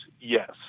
Yes